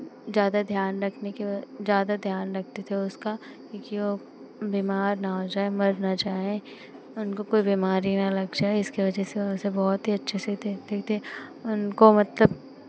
ज़्यादा ध्यान रखने के वा ज़्यादा ध्यान रखते थे उसका क्योंकि वो बीमार ना हो जाए मर ना जाए उनको कोई बिमारी ना लग जाए इसकी वजह से उनसे बहुत ही अच्छे से देखते थे उनको मतलब